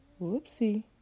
Whoopsie